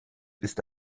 ist